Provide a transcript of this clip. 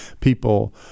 people